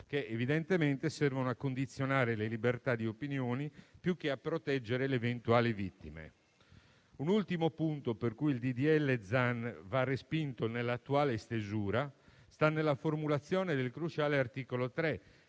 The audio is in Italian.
che evidentemente servono a condizionare le libertà di opinioni più che a proteggere le eventuali vittime. Un ultimo punto per cui il disegno di legge Zan va respinto nell'attuale stesura sta nella formulazione del cruciale articolo 3